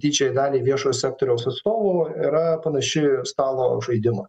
didžiajai daliai viešojo sektoriaus atstovų yra panaši į stalo žaidimą